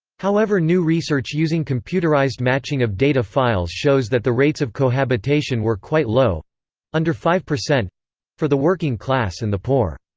however new research using computerized matching of data files shows that the rates of cohabitation were quite low under five for the working class and the poor.